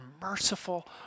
merciful